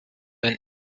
ein